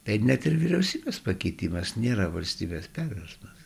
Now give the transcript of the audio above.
bet net ir vyriausybės pakeitimas nėra valstybės perversmas